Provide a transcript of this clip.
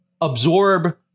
absorb